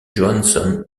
johansson